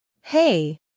Hey